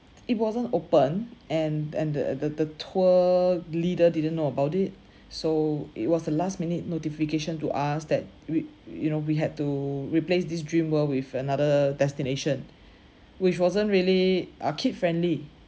it wasn't open and and the the the tour leader didn't know about it so it was a last minute notification to us that we you know we had to replace this Dreamworld with another destination which wasn't really uh kid-friendly